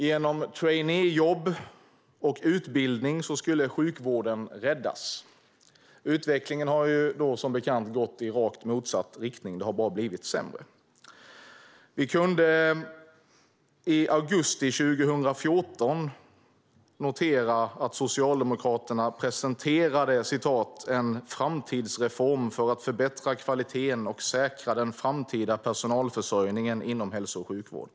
Genom traineejobb och utbildning skulle sjukvården räddas. Utvecklingen har som bekant gått i rakt motsatt riktning. Det har bara blivit sämre. Vi kunde i augusti 2014 notera att Socialdemokraterna presenterade en "framtidsreform för att förbättra kvaliteten och säkra den framtida personalförsörjningen inom hälso och sjukvården".